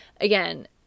again